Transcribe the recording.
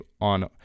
on